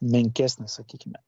menkesnis sakykime